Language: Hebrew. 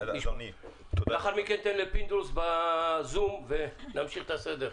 לאחר מכן אתן לפינדרוס בזום ונמשיך את הסדר.